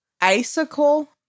Icicle